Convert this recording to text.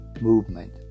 movement